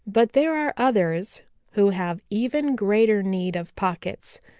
but there are others who have even greater need of pockets,